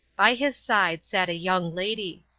by his side sat a young lady.